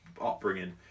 upbringing